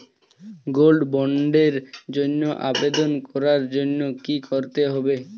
Gold বন্ডের জন্য আবেদন করার জন্য কি করতে হবে?